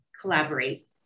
collaborate